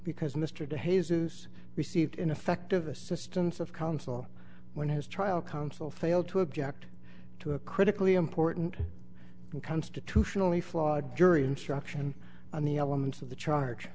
because mr to his use received ineffective assistance of counsel when his trial counsel failed to object to a critically important and constitutionally flawed jury instruction on the elements of the charge